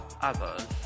others